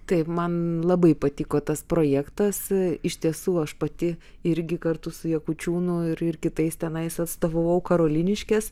taip man labai patiko tas projektas iš tiesų aš pati irgi kartu su jakučiūnu ir ir kitais tenais atstovavau karoliniškes